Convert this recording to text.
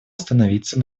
остановиться